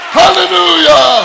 hallelujah